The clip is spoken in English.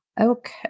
okay